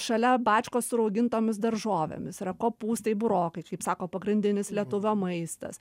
šalia bačkos su raugintomis daržovėmis yra kopūstai burokai kiaip sako pagrindinis lietuvio maistas